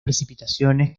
precipitaciones